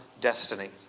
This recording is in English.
destiny